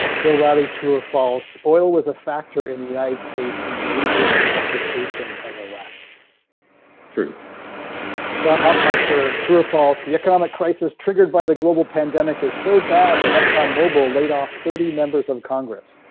bill riley true or false oil was a factor in the united states invasion and occupation of iraq true john, hofmeister true or false the economic crisis triggered by the global pandemic is so bad that exxon mobil laid off thirty members of congress